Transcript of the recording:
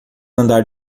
andar